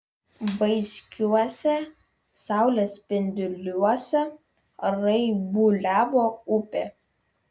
vaiskiuose saulės spinduliuose raibuliavo upė